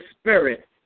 Spirit